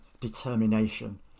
determination